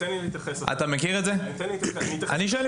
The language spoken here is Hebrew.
תן לי להתייחס לזה.